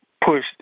push